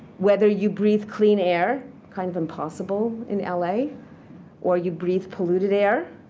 whether you breathe clean air kind of impossible in la or you breathe polluted air.